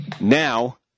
Now